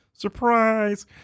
Surprise